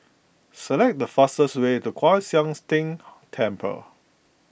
select the fastest way to Kwan Siang's Tng Temple